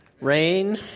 Rain